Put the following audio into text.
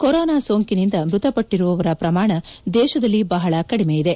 corona ಸೋಂಕಿನಿಂದ ಮೃತಪಡುತ್ತಿರುವವರ ಪ್ರಮಾಣ ದೇಶದಲ್ಲಿ ಬಹಳ ಕಡಿಮೆಯಿದೆ